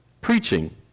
preaching